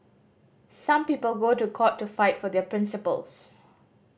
some people go to court to fight for their principles